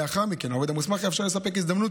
לאחר מכן העובד המוסמך יאפשר לספק הזדמנות